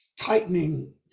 tightening